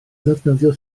ddefnyddio